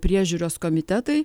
priežiūros komitetai